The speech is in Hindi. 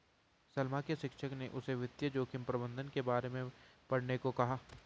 सलमा के शिक्षक ने उसे वित्तीय जोखिम प्रबंधन के बारे में पढ़ने को कहा